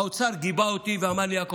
האוצר גיבה אותי ואמר לי: יעקב,